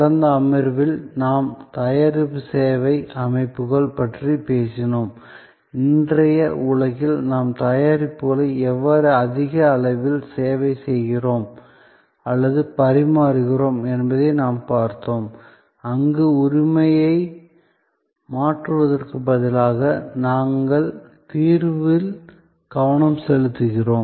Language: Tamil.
கடந்த அமர்வில் நாம் தயாரிப்பு சேவை அமைப்புகள் பற்றி பேசினோம் இன்றைய உலகில் நாம் தயாரிப்புகளை எவ்வாறு அதிக அளவில் சேவை செய்கிறோம் அல்லது பரிமாறுகிறோம் என்பதை நாம் பார்த்தோம் அங்கு உரிமையை மாற்றுவதற்கு பதிலாக நாங்கள் தீர்வில் கவனம் செலுத்துகிறோம்